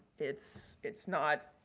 it's it's not,